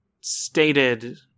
stated